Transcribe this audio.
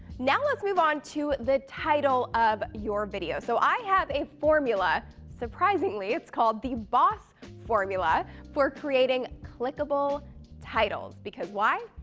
now, let's move onto the title of your videos. so i have a formula. surprisingly, it's called the boss formula for creating clickable titles. because why?